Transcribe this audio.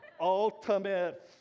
ultimate